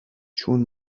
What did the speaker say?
چون